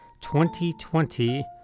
2020